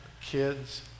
kids